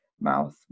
mouth